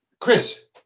Chris